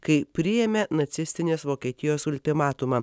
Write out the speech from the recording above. kai priėmė nacistinės vokietijos ultimatumą